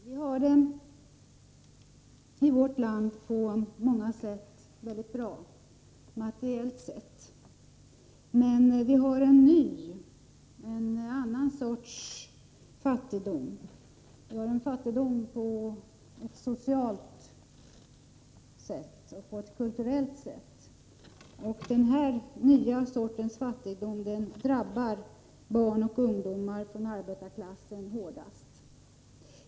Herr talman! I vårt land har vi det på många sätt väldigt bra, materiellt sett. Men vi har en ny, en annan sorts fattigdom. Vi har en fattigdom på ett socialt sätt och på ett kulturellt sätt. Denna nya sorts fattigdom drabbar barn och ungdom från arbetarklassen hårdast.